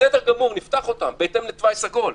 בסדר גמור שנפתח אותם בהתאם לתוואי סגול.